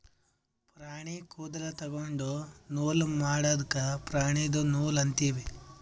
ಪ್ರಾಣಿ ಕೂದಲ ತೊಗೊಂಡು ನೂಲ್ ಮಾಡದ್ಕ್ ಪ್ರಾಣಿದು ನೂಲ್ ಅಂತೀವಿ